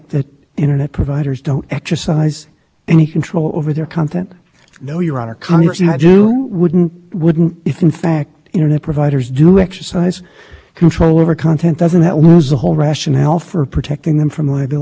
application of scrutiny we believe that strict scrutiny should apply but in the event the court applies intermediate scrutiny leaders two reasons why the rules fail intermediate scrutiny in the first is that the government made no attempt to tailor the rules to minimize the